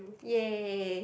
ya